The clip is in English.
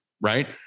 right